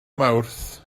mawrth